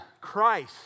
Christ